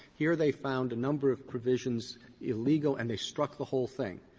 here they found a number of provisions illegal, and they struck the whole thing.